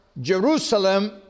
Jerusalem